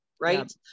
right